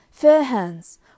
Fairhands